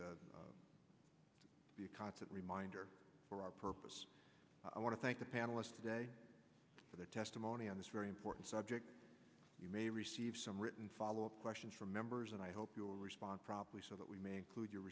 that constant reminder for our purpose i want to thank the panelists today for the testimony on this very important subject you may receive some written follow up questions from members and i hope you will respond probably so that we may include your